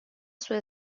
سوء